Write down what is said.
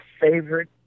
favorite